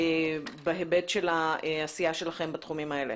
בהיבט של העשייה שלכם בתחומים האלה